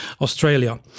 Australia